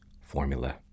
formula